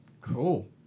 Cool